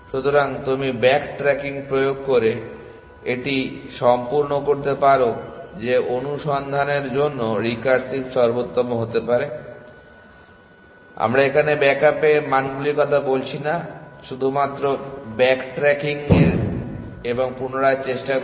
সুতরাং তুমি backtracking প্রয়োগ করে এটি সম্পূর্ণ করতে পারো যে অনুসন্ধানের জন্য রিকার্সিভ সর্বোত্তম হতে পারে আমরা এখানে ব্যাক আপ মানগুলির কথা বলছি না শুধু ব্যাক ট্রাকিং এবং পুনরায় চেষ্টা করো